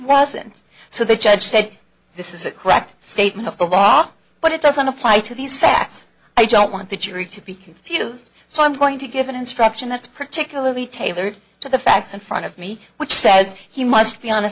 wasn't so the judge said this is a correct statement of the law but it doesn't apply to these facts i don't want the jury to be confused so i'm going to give an instruction that's particularly tailored to the facts in front of me which says he must be on a